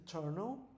eternal